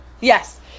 Yes